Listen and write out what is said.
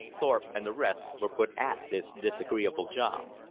thorpe and the rest were put at this disagreeable job.